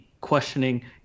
questioning